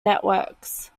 networks